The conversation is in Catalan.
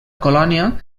colònia